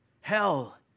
Hell